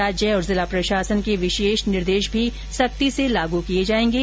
राज्य और जिला प्रशासन के विशेष निर्देश भी सख्ती से लागू किये जायेंगे